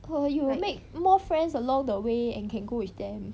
err you will make more friends along the way and can go with them